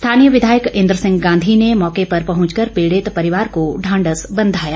स्थानीय विधायक इंद्र सिंह गांधी ने मौके पर पहुंच कर पीड़ित परिवार को ढांढस बंधाया